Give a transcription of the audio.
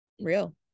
real